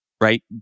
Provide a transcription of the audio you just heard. Right